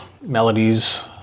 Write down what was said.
melodies